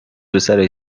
پسرش